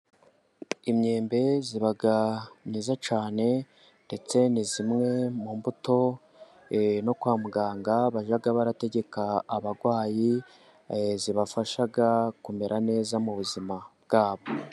Imyembe iba myiza cyane ndetse ni zimwe mu mbuto no kwa muganga bajya barategeka abarwayi, zibafasha kumera neza mu buzima bwabo.